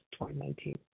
2019